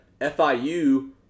FIU